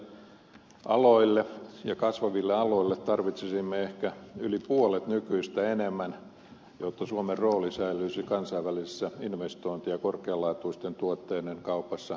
uusiutuville aloille ja kasvaville aloille tarvitsisimme ehkä yli puolet nykyistä enemmän jotta suomen rooli säilyisi kansainvälisessä investointi ja korkealaatuisten tuotteiden kaupassa entisen suuruisena